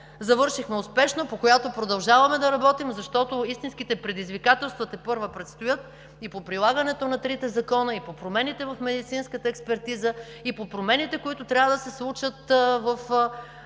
завършихме успешно, по която продължаваме да работим, защото истинските предизвикателства тепърва предстоят и по прилагането на трите закона, и по промените в медицинската експертиза, и по промените, които трябва да се случат в